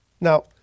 Now